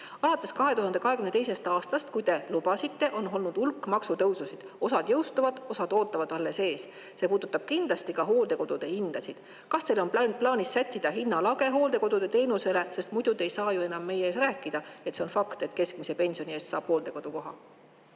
Alates 2022. aastast, kui te oma lubaduse andsite, on olnud hulk maksutõususid. Osa on jõustunud, osa ootab alles ees. See puudutab kindlasti ka hooldekodude hindasid. Kas teil on plaanis sättida hinnalagi hooldekodude teenusele? [Ilma selleta] te ei saa ju enam meie ees rääkida, et see on fakt, et keskmise pensioni eest saab hooldekodukoha?